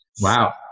Wow